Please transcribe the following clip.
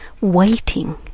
waiting